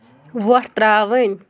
وۄٹھ ترٛاوٕنۍ